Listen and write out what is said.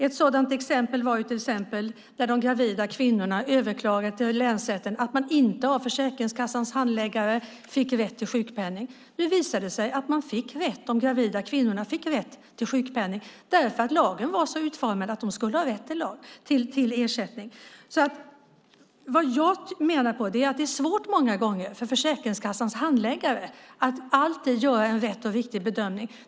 Ett sådant exempel var de gravida kvinnor som överklagade till länsrätten för att de inte fick rätt till sjukpenning av Försäkringskassans handläggare. Det visade sig att de gravida kvinnorna fick rätt till sjukpenning eftersom lagen var så utformad att de hade rätt till ersättning. Det är många gånger svårt för Försäkringskassans handläggare att alltid göra en rätt och riktig bedömning.